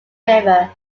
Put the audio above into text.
river